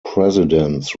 presidents